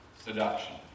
Seduction